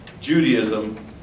Judaism